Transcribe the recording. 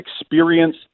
experience